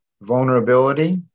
vulnerability